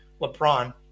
LeBron